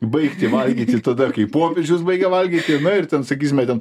baigti valgyti tada kai popiežius baigia valgyti na ir ten sakysime ten